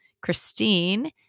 Christine